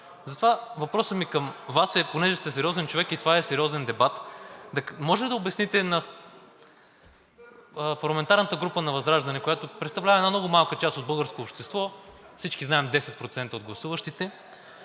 Затова въпросът ми към Вас е – понеже сте сериозен човек и това е сериозен дебат, може ли да обясните на парламентарната група ВЪЗРАЖДАНЕ, която представлява една много малка част от българското общество, всички знаем – 10% от гласуващите,